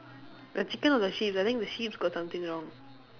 the chicken or the sheep I think the sheeps got something wrong